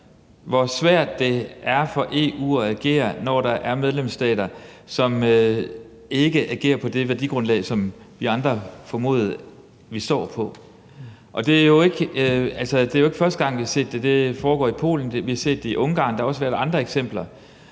hvor svært det er for EU at agere, når der er medlemsstater, som ikke agerer på det værdigrundlag, som vi andre formodede de står på. Og altså, det er jo ikke første gang, vi har set det; det foregår i Polen, vi har set det i Ungarn, og der har også været andre eksempler.